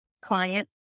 client